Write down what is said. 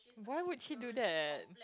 why would she do that